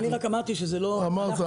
אני רק אמרתי שזה לא --- אמרת.